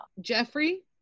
Jeffrey